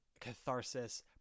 catharsis